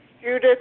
Judith